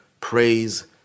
praise